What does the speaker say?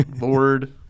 Lord